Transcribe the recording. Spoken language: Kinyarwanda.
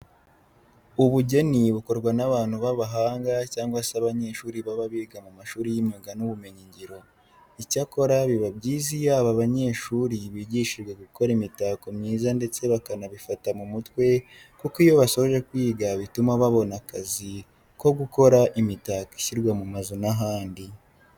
Ubugeni bukorwa n'abantu b'abahanga cyangwa se abanyeshuri baba biga mu mashuri y'imyuga n'ubumenyingiro. Icyakora biba byiza iyo aba banyeshuri bigishijwe gukora imitako myiza ndetse bakanabifata mu mutwe kuko iyo basoje kwiga bituma babona akazi ko gukora imitako ishyirwa mu mazu n'ahandi.